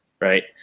Right